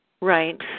Right